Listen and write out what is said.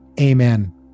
Amen